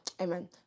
amen